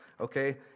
Okay